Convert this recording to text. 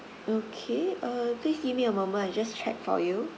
okay uh please give me a moment I just check for you